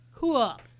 Cool